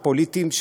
הפוליטיים,